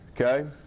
okay